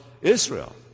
Israel